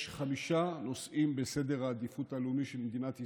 יש חמישה נושאים בסדר העדיפות הלאומי של מדינת ישראל.